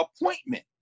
appointment